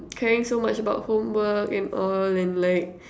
caring so much about homework and all and like